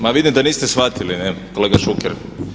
Ma vidim da niste shvatili kolega Šuker.